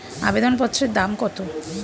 আবেদন পত্রের দাম কত?